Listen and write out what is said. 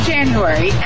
January